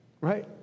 right